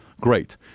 Great